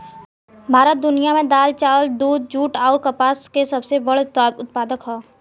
भारत दुनिया में दाल चावल दूध जूट आउर कपास के सबसे बड़ उत्पादक ह